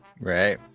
Right